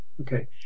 Okay